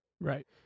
Right